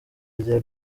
rya